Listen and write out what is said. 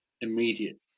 immediate